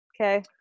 Okay